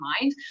mind